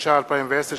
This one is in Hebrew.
התש"ע 2010,